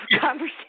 conversation